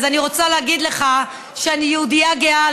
אז אני רוצה להגיד לך שאני יהודייה גאה,